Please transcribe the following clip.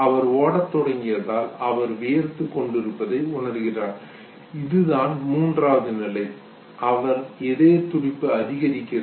அவர் ஓட தொடங்கியதால் அவர் வியர்த்துக் கொண்டிருப்பதை உணர்கிறார் இதுதான் மூன்றாவது நிலை அவர் இதயத்துடிப்பு அதிகரிக்கிறது